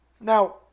Now